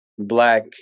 Black